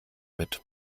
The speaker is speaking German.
mit